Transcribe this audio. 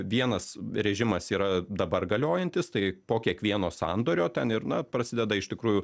vienas režimas yra dabar galiojantis tai po kiekvieno sandorio ten ir na prasideda iš tikrųjų